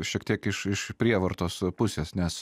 šiek tiek iš iš prievartos pusės nes